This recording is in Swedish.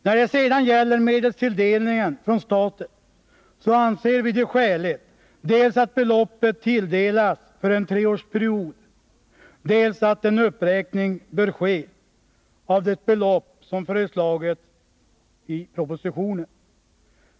När det sedan gäller medelstilldelningen från staten anser vi det skäligt dels att beloppet anslås för en treårsperiod, dels att en uppräkning sker av det belopp som föreslagits i propositionen.